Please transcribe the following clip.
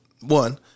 One